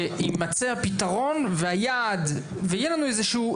שיימצא הפתרון והיעד ויהיה לנו איזשהו,